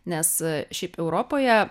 nes šiaip europoje